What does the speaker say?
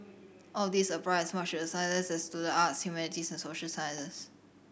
all of these apply as much to the sciences as to the arts humanities and social sciences